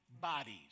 Bodies